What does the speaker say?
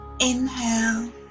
Inhale